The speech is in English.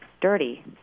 dirty